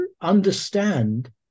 understand